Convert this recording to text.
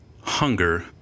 Hunger